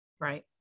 Right